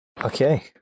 Okay